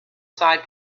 side